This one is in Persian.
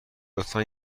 لطفا